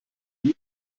wie